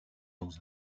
dans